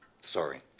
Sorry